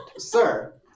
Sir